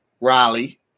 Riley